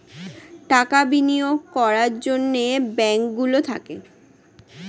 টাকা বিনিয়োগ করার জন্যে ব্যাঙ্ক গুলো থাকে